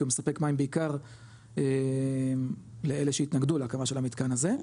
כי הוא מספק מים בעיקר לאלה שהתנגדו להקמה של המתקן הזה,